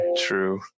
true